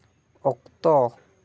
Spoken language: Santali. ᱚᱠᱛᱚ